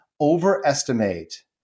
overestimate